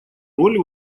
роль